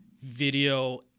video